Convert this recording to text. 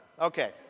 Okay